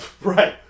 Right